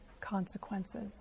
consequences